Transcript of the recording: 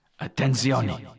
Attenzione